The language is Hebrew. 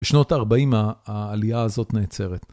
בשנות ה-40 העלייה הזאת נעצרת.